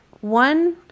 one